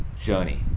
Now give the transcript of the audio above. journey